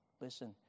Listen